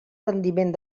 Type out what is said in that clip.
rendiment